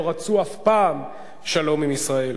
לא רצו אף פעם שלום עם ישראל.